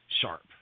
sharp